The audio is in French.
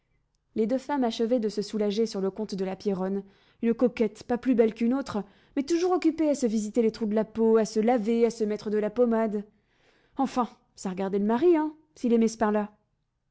les deux femmes achevaient de se soulager sur le compte de la pierronne une coquette pas plus belle qu'une autre mais toujours occupée à se visiter les trous de la peau à se laver à se mettre de la pommade enfin ça regardait le mari s'il aimait ce pain-là